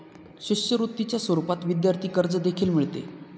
शिष्यवृत्तीच्या स्वरूपात विद्यार्थी कर्ज देखील मिळते